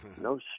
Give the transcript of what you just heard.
no